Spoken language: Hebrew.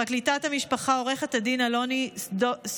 פרקליטת המשפחה, עו"ד אלוני-סדובניק,